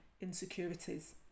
insecurities